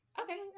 Okay